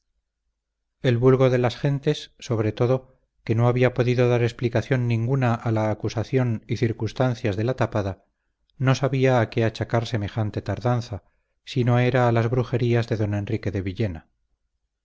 el vulgo de las gentes sobre todo que no había podido dar explicación ninguna a la acusación y circunstancias de la tapada no sabía a qué achacar semejante tardanza si no era a las brujerías de don enrique de villena